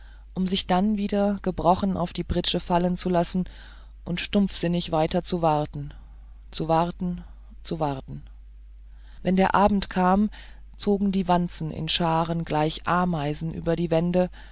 um sich dann wieder gebrochen auf die pritsche fallen zu lassen und stumpfsinnig weiter zu warten zu warten zu warten wenn der abend kam zogen die wanzen in scharen gleich ameisen über die wände